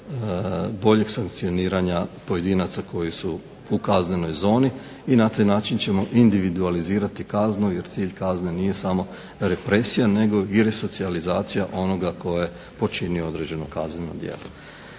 boljeg sankcioniranja pojedinaca koji su u kaznenoj zoni i na taj način ćemo individualizirati kaznu jer cilj kazne nije samo represija nego i resocijalizacija onoga tko je počinio određeno kazneno djelo.